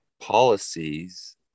policies